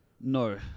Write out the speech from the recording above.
No